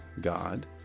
God